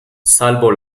salvo